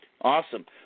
awesome